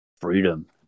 Freedom